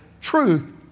truth